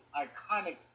iconic